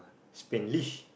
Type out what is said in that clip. Spanish